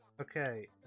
Okay